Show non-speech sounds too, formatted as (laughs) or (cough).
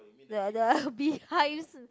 the the (laughs) bee hives